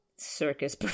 Circus